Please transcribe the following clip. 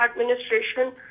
administration